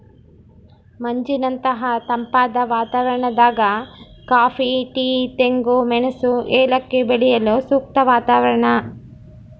ಮಂಜಿನಂತಹ ತಂಪಾದ ವಾತಾವರಣದಾಗ ಕಾಫಿ ಟೀ ತೆಂಗು ಮೆಣಸು ಏಲಕ್ಕಿ ಬೆಳೆಯಲು ಸೂಕ್ತ ವಾತಾವರಣ